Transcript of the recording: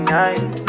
nice